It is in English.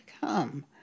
come